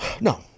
No